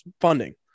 funding